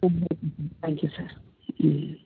ம் thank you sir ம்